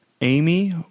Amy